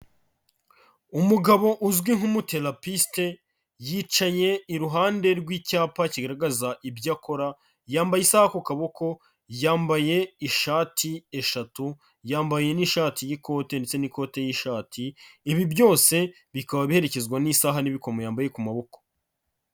Umugabo uzwi nk'umuterapisite yicaye iruhande rw'icyapa kigaragaza ibyo akora, yambaye isaha ku kaboko, yambaye ishati eshatu, yambaye ni'ishati y'ikote ndetse n'ikote y'ishati, ibi byose bikaba biherekezwa n'isaha n'ibikomo yambaye ku maboko.